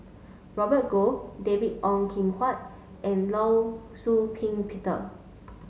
Robert Goh David Ong Kim Huat and Law Shau Ping Peter